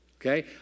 Okay